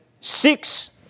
six